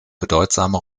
bedeutsame